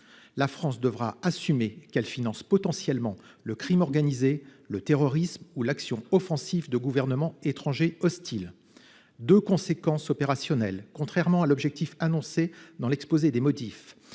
La France devra assumer qu'elle finance potentiellement le crime organisé, le terrorisme ou l'action offensive de gouvernements étrangers hostiles. Il y aurait aussi deux conséquences opérationnelles. Contrairement à l'objectif annoncé dans l'exposé des motifs,